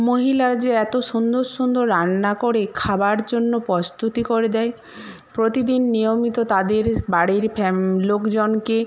মহিলারা যে এতো সুন্দর সুন্দর রান্না করে খাবার জন্য প্রস্তুতি করে দেয় প্রতিদিন নিয়মিত তাদের বাড়ির ফ্যাম লোকজনকে